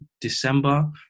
December